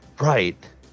Right